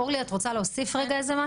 אורלי, את רוצה להוסיף משהו?